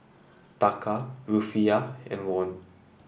Taka Rufiyaa and Won